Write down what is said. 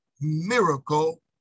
miracle